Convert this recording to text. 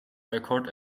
record